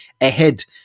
ahead